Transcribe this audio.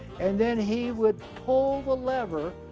and then he would pull the lever,